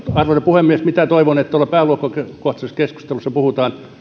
arvoisa puhemies toivon että pääluokkakohtaisessa keskustelussa puhutaan